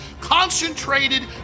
Concentrated